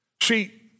See